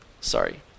sorry